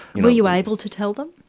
were you able to tell them?